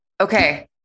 Okay